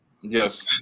Yes